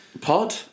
pod